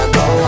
go